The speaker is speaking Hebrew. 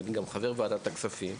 ואני גם חבר ועדת הכספים,